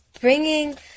bringing